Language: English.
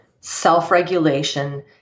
self-regulation